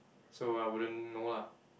so I wouldn't know lah